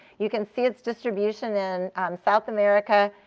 you can see its distribution in south america,